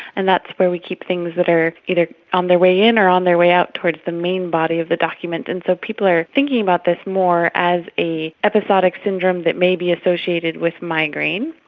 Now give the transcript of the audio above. and that's where we keep things that are either on their way in or on their way out towards the main body of the document, and so people are thinking about this more as an episodic syndrome that may be associated with migraine,